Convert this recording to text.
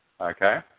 okay